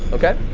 okay.